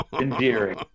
endearing